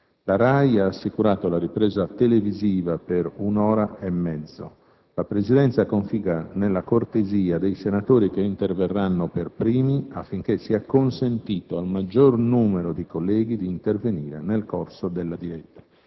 La RAI ha assicurato la ripresa diretta televisiva per un'ora e mezza. La Presidenza confida nella cortesia dei senatori che interverranno per primi affinché sia consentito al maggior numero di colleghi di intervenire nel corso della diretta.